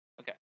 Okay